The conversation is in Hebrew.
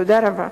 תודה רבה.